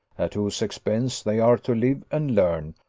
at whose expense they are to live and learn,